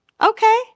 Okay